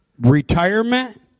retirement